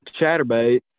chatterbait